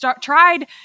tried